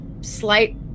slight